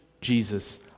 Jesus